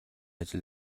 ажил